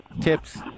tips